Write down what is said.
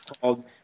called